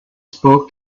spoke